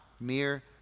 mere